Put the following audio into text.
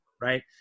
right